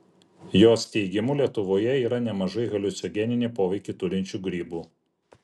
jos teigimu lietuvoje yra nemažai haliucinogeninį poveikį turinčių grybų